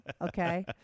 okay